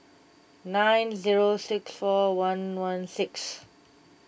nine zero six four one one six